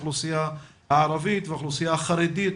האוכלוסייה הערבית והאוכלוסייה החרדית,